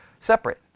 Separate